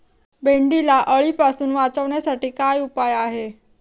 भेंडीला अळीपासून वाचवण्यासाठी काय उपाय आहे?